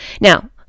Now